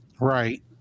Right